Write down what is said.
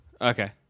Okay